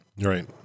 Right